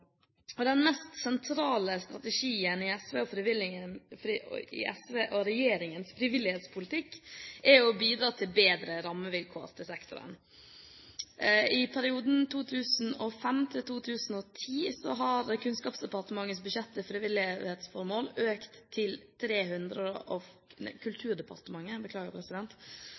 og den mest sentrale strategien i SVs og regjeringens frivillighetspolitikk er å bidra til bedre rammevilkår for sektoren. I perioden 2005–2010 har Kulturdepartementets budsjett til frivillighetsformål økt til